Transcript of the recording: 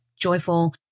joyful